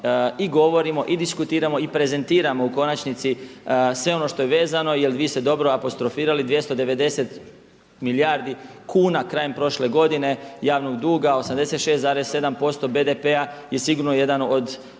i govorimo i diskutiramo i prezentiramo u konačnici sve ono što je vezano jer vi ste dobro apostrofirali. 290 milijardi kuna krajem prošle godine, javnog duga. 86,7% BDP-a je sigurno jedan od